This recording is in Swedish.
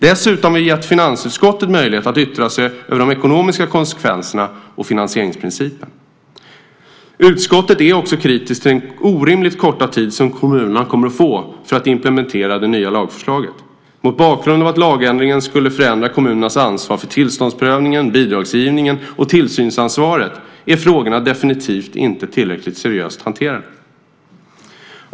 Dessutom har vi gett finansutskottet möjlighet att yttra sig över de ekonomiska konsekvenserna och finansieringsprincipen. Utskottet är också kritiskt till den orimligt korta tid som kommunerna kommer att få för att implementera det nya lagförslaget. Mot bakgrund av att lagändringen skulle förändra kommunernas ansvar för tillståndsprövningen, bidragsgivningen och tillsynsansvaret är frågorna definitivt inte tillräckligt seriöst hanterade.